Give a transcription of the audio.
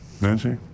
nancy